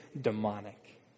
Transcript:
demonic